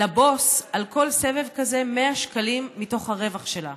לבוס על כל סבב כזה 100 שקלים מתוך הרווח שלה.